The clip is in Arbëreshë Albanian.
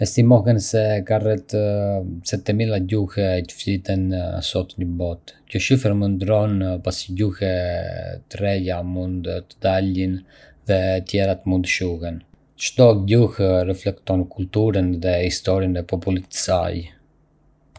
Estimohen se ka rreth settemila gjuhë që fliten sot në botë. Kjo shifër mund të ndryshojë pasi gjuhë të reja mund të dalin dhe të tjera mund të shuhen. Çdo gjuhë reflekton kulturën dhe historinë e popullit të saj.